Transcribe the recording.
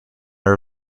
are